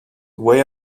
way